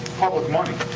public money,